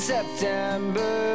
September